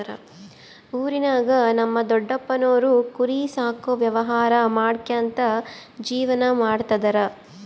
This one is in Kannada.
ಊರಿನಾಗ ನಮ್ ದೊಡಪ್ಪನೋರು ಕುರಿ ಸಾಕೋ ವ್ಯವಹಾರ ಮಾಡ್ಕ್ಯಂತ ಜೀವನ ಮಾಡ್ತದರ